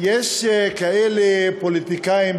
יש כאלה פוליטיקאים,